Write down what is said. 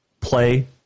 play